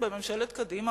בממשלת קדימה,